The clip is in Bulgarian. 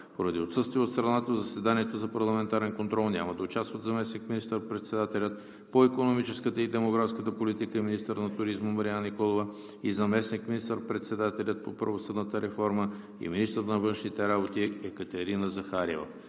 Поради отсъствие от страната в заседанието за парламентарен контрол няма да участват заместник министър-председателят по икономическата и демографската политика и министър на туризма Марияна Николова и заместник министър-председателят по правосъдната реформа и министър на външните работи Екатерина Захариева.